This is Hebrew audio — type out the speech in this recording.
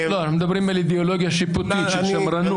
אנחנו מדברים על אידיאולוגיה שיפוטית של שמרנות.